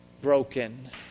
broken